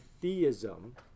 theism